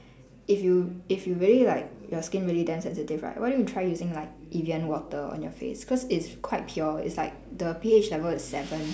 if you if you really like your skin really damn sensitive right why don't you try using like evian water on your face cause it's quite pure it's like the P_H level is seven